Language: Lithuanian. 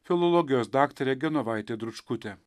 filologijos daktarė genovaitė dručkutė